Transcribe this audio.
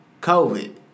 COVID